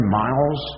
miles